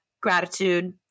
gratitude